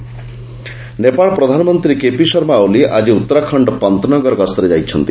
ଓଲି ଉତ୍ତରାଖଣ୍ଡ ନେପାଳ ପ୍ରଧାନମନ୍ତ୍ରୀ K P Sharma Oli ଆଜି ଉତ୍ତରାଖଣ୍ଡ ପନ୍ତନଗର ଗସ୍ତରେ ଯାଇଛନ୍ତି